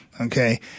Okay